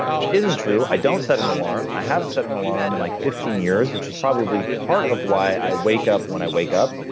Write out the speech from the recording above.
which isn't true. i don't set an alarm. i haven't set an alarm in like fifteen years, which is probably part of why i wake up when i wake up.